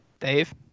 Dave